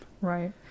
Right